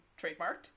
trademarked